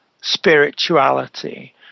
spirituality